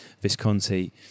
Visconti